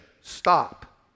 Stop